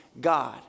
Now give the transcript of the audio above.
God